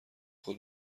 خود